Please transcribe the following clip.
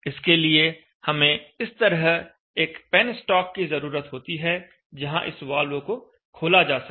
इसके लिए हमें इस तरह एक पेनस्टॉक की जरूरत होती है जहां इस वॉल्व को खोला जा सके